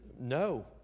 no